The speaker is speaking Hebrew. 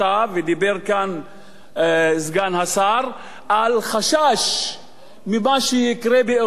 ודיבר כאן סגן השר על חשש ממה שיקרה באירופה,